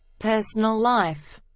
personal life